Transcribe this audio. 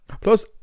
Plus